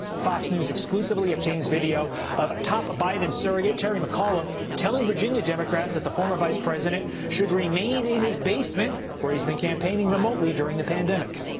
fox news exclusively obtains video of top biden surrogate, terry mcauliffe, telling virginia delegates the former vice president should remain in his basement where he's been campaigning remotely during the pandemic.